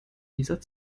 dieser